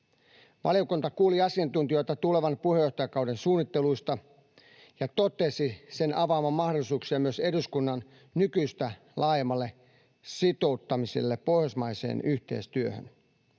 Valiokunta kuuli asiantuntijoita tulevan puheenjohtajakauden suunnitteluista ja totesi sen avaavan mahdollisuuksia myös eduskunnan nykyistä laajemmalle sitouttamiselle pohjoismaiseen yhteistyöhön.